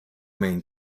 main